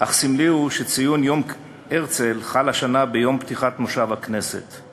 אך סמלי הוא שציון יום הרצל חל השנה ביום פתיחת מושב הכנסת,